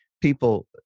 people